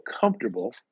comfortable